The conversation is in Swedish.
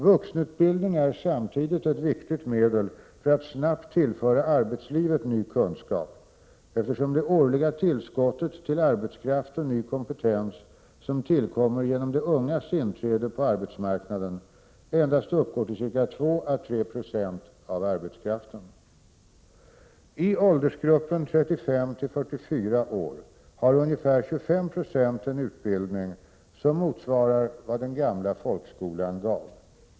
Vuxenutbildning är samtidigt ett viktigt medel för att snabbt tillföra arbetslivet ny kunskap, eftersom det årliga tillskottet till arbetskraft och ny kompetens som tillkommer genom de ungas inträde på arbetsmarknaden endast uppgår till cirka 2 å 3 20 av arbetskraften. I åldersgruppen 35-44 år har ungefär 25 90 en utbildning som motsvarar vad den gamla folkskolan gav.